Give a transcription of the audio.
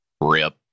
Rip